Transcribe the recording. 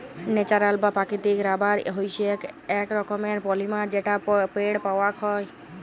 natural বা প্রাকৃতিক rubber হইসেক এক রকমের পলিমার যেটা পেড় পাওয়াক যায়